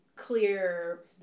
clear